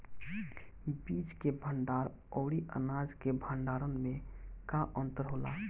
बीज के भंडार औरी अनाज के भंडारन में का अंतर होला?